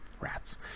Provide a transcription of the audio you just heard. Rats